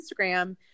Instagram